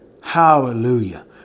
Hallelujah